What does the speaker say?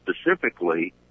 specifically